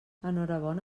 enhorabona